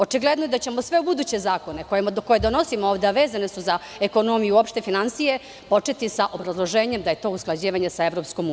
Očigledno je da ćemo sve buduće zakone koje donosimo ovde, a vezani su za ekonomiju i opšte finansije, početi sa obrazloženjem da je to usklađivanje sa EU.